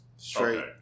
Straight